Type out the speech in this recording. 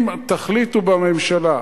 אם תחליטו בממשלה,